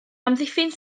amddiffyn